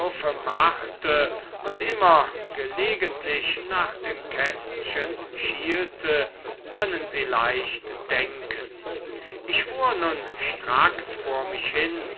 machte und immer gelegentlich nach dem kästchen schielte können sie leicht denken ich fuhr nun stracks vor mich hin